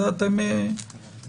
את זה אתם תגדירו.